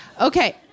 Okay